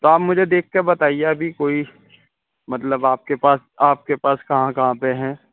تو آپ مجھے دیکھ کے بتائیے ابھی کوئی مطلب آپ کے پاس آپ کے پاس کہاں کہاں پہ ہیں